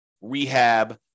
rehab